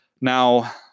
Now